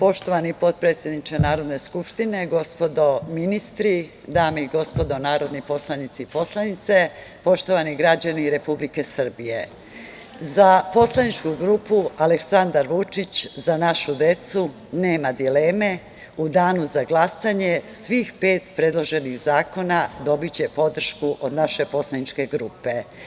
Poštovani potpredsedniče Narodne skupštine, gospodo ministri, dame i gospodo narodni poslanici i poslanice, poštovani građani Republike Srbije, za poslaničku grupu „Aleksandar Vučić – Za našu decu“, nema dileme u Danu za glasanje svih pet predloženih zakona dobiće podršku od naše poslaničke grupe.